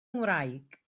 ngwraig